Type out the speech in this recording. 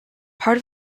part